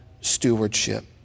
stewardship